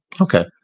Okay